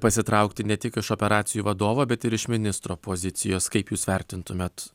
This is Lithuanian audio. pasitraukti ne tik iš operacijų vadovo bet ir iš ministro pozicijos kaip jūs vertintumėt